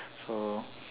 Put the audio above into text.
so